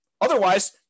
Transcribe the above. Otherwise